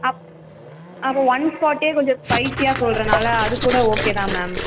அப் அப்போ ஒன் ஃபார்ட்டியே கொஞ்சம் ஸ்பைஸியாக சொல்கிறனால அதுக்கூட ஓகே தான் மேம்